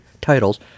titles